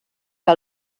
que